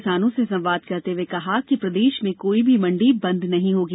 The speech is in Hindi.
किसानों से संवाद करते हुए कहा कि प्रदेश में कोई भी मंडी बन्द नहीं होगी